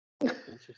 Interesting